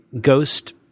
ghost